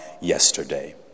yesterday